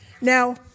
Now